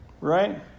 right